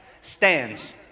stands